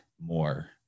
more